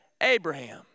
Abraham